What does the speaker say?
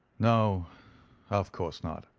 no of course not.